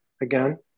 again